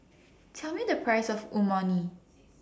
Tell Me The Price of